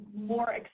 more